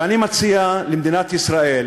ואני מציע למדינת ישראל,